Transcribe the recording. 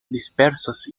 dispersos